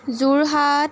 Jorhat